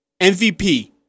MVP